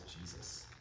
Jesus